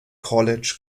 college